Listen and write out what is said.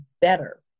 better